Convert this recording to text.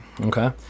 okay